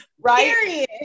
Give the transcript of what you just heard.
right